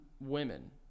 women